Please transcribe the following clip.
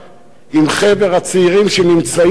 עם חבר הצעירים שנמצאים סביבו,